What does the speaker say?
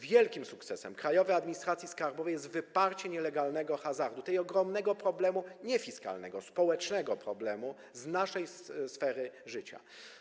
Wielkim sukcesem Krajowej Administracji Skarbowej jest wyparcie nielegalnego hazardu, tego ogromnego problemu - nie fiskalnego, ale społecznego problemu - z naszej sfery życia.